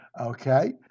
okay